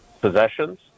possessions